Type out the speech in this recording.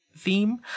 theme